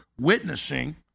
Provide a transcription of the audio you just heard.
witnessing